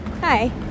Hi